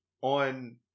on